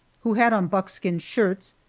who had on buckskin shirts,